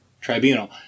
tribunal